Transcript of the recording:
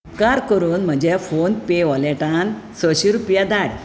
उपकार करून म्हज्या फोन पे वॉलेटांत सयशीं रुपया धाड